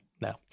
no